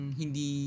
hindi